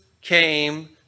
came